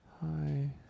Hi